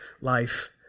life